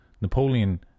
napoleon